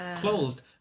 closed